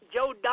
Joe